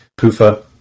PUFA